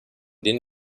den